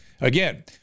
Again